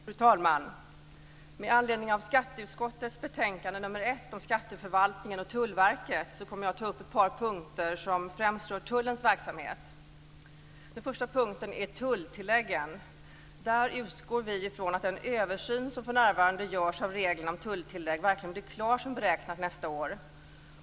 Fru talman! Med anledning av skatteutskottets betänkande nr 1 om Skatteförvaltningen och Tullverket kommer jag att ta upp ett par punkter som främst rör tullens verksamhet. Den första punkten är tulltilläggen. Där utgår vi från att den översyn som för närvarande görs av reglerna om tulltillägg verkligen blir klar som beräknat nästa år.